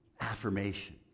Affirmation